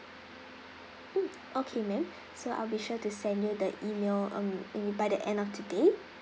mm okay ma'am so I'll be sure to send you the email um in by the end of today